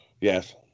Yes